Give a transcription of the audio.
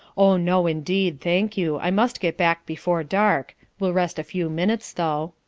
oh, no, indeed! thank you! i must get back before dark. will rest a few minutes, though.